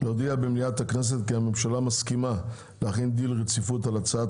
להודיע במליאת הכנסת כי הממשלה מסכימה להחיל דין רציפות על הצעת